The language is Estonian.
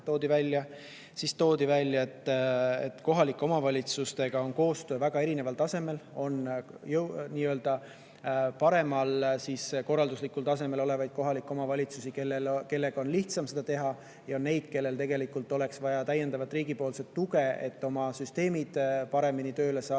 Siis toodi välja, et kohalike omavalitsustega koostöö on väga erineval tasemel. On paremal korralduslikul tasemel olevaid kohalikke omavalitsusi, kellega on lihtsam koostööd teha, ja on neid, kellel tegelikult oleks vaja täiendavat riigipoolset tuge, et oma süsteemid paremini tööle saada,